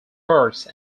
parks